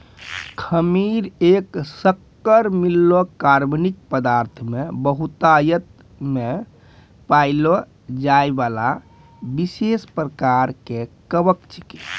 खमीर एक शक्कर मिललो कार्बनिक पदार्थ मे बहुतायत मे पाएलो जाइबला विशेष प्रकार के कवक छिकै